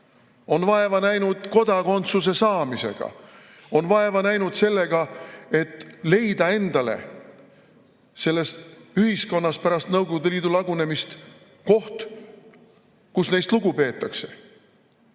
on vaeva näinud kodakondsuse saamisega, on vaeva näinud sellega, et leida endale selles ühiskonnas pärast Nõukogude Liidu lagunemist koht, kus neist lugu peetakse.